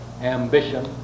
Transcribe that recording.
ambition